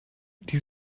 die